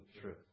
truth